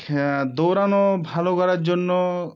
দৌড়ানো ভালো করার জন্য